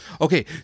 Okay